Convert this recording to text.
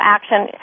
Action